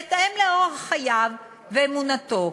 בהתאם לאורח חייו ואמונתו.